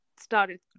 started